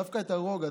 דווקא את הרוגע,